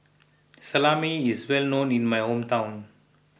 Salami is well known in my hometown